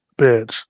bitch